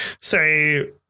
say